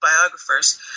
biographers